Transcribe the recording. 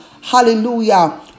hallelujah